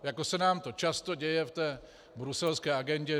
Jako se nám to často děje v bruselské agendě.